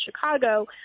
Chicago